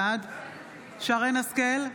בעד שרן מרים השכל,